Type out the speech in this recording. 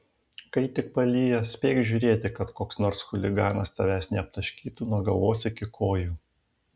kai tik palyja spėk žiūrėti kad koks nors chuliganas tavęs neaptaškytų nuo galvos iki kojų